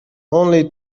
only